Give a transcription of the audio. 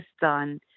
done